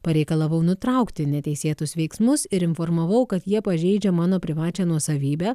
pareikalavau nutraukti neteisėtus veiksmus ir informavau kad jie pažeidžia mano privačią nuosavybę